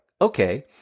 okay